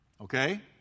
Okay